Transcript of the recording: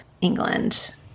England